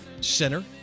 Center